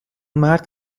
مرد